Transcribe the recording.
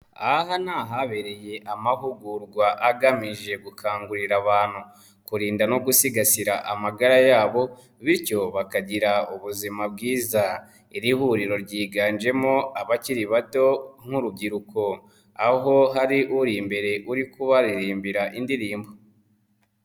Aha ni ahabereye amahugurwa agamije gukangurira abantu kurinda no gusigasira amagara yabo bityo bakagira ubuzima bwiza, iri huriro ryiganjemo abakiri bato nk'urubyiruko aho hari uri imbere uri kubaririmbira indirimbo.